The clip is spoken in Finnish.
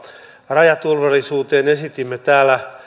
rajaturvallisuuteen esitimme täällä